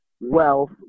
wealth